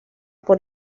por